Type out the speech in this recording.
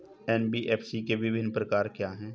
NBFC के विभिन्न प्रकार क्या हैं?